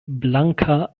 blanka